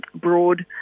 broad